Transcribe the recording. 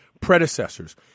predecessors